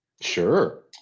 Sure